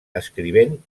escrivent